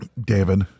David